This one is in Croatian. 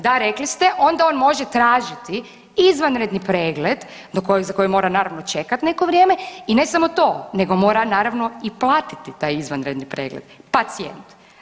Da, rekli ste onda on može tražiti izvanredni pregled na koji naravno mora čekati neko vrijeme i ne samo to, nego mora naravno i platiti taj izvanredni pregled pacijent.